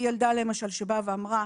ילדה שבאה ואמרה